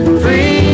free